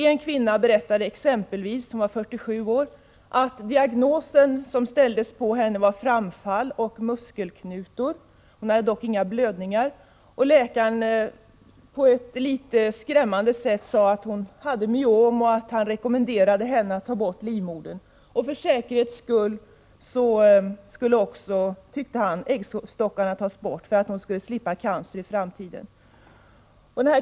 En kvinna, som var 47 år, berättade följande: Diagnosen som ställdes på henne var framfall och muskelknutor. Hon hade dock inga blödningar. Läkaren sade, på ett litet skrämmande sätt, att hon hade myom, och han rekommenderade henne att ta bort livmodern. För säkerhets skull tyckte läkaren att också äggstockarna borde tas bort, för att kvinnan skulle slippa cancer i framtiden.